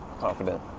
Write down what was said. Confident